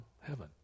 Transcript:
heaven